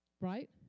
Right